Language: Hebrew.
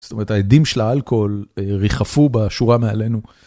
זאת אומרת, האדים של האלכוהול ריחפו בשורה מעלינו.